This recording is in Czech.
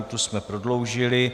Lhůtu jsme prodloužili.